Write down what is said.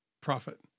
profit